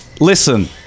Listen